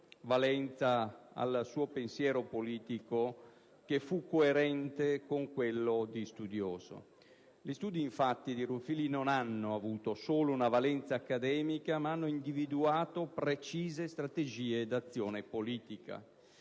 valenza al suo pensiero politico, che fu coerente con quello di studioso. Gli studi di Ruffilli, infatti, non hanno avuto solo una valenza accademica, ma hanno individuato precise strategie di azione politica.